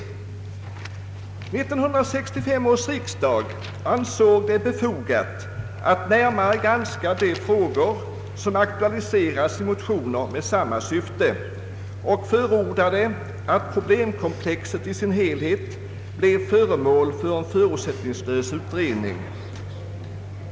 1965 års riksdag ansåg det befogat att närmare granska de frågor som aktualiserats i motioner med samma syfte och förordade att problemkomplexet i sin helhet blev föremål för en förutsättningslös utredning.